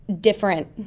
different